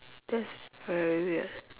that's very weird